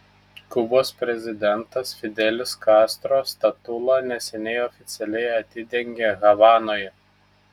kubos prezidentas fidelis kastro statulą neseniai oficialiai atidengė havanoje